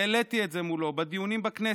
העליתי את זה מולו בדיונים בכנסת,